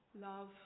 Love